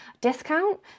discount